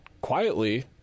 quietly